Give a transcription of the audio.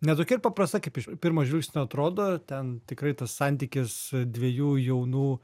ne tokia ir paprasta kaip iš pirmo žvilgsnio atrodo ten tikrai tas santykis dviejų jaunų